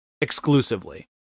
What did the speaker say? exclusively